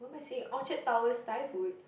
what am I saying Orchard-Tower's Thai food